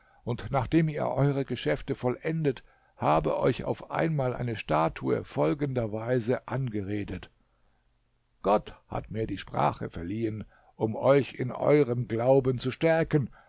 und nachdem ihr eure geschäfte vollendet habe euch auf einmal eine statue folgenderweise angeredet gott hat mir die sprache verliehen um euch in eurem glauben zu stärken